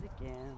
again